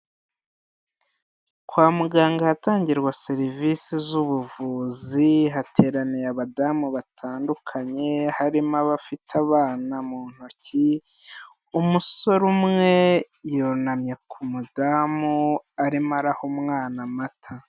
Kwa muganga ahatangirwa serivisi z'ubuvuzi, hateraniye abadamu batandukanye harimo abafite abana mu ntoki, umusore umwe yunamye ku mudamu arimo araha umwana mata.